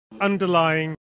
underlying